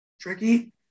tricky